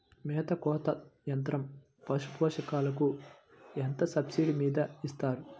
మేత కోత యంత్రం పశుపోషకాలకు ఎంత సబ్సిడీ మీద ఇస్తారు?